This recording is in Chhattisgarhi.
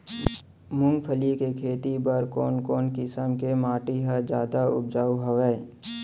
मूंगफली के खेती बर कोन कोन किसम के माटी ह जादा उपजाऊ हवये?